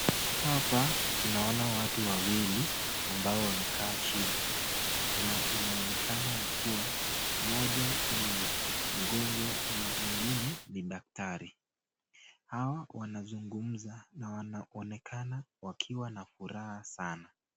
Hapa tunaona watu wawili ambao wamekaa chini, na inaonekana ya kuwa mmoja ni mgonjwa na mwingine ni daktari. Hawa wanazungumza na wanaonekana wakiwa na furaha sana.